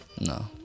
No